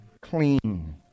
clean